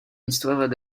histoire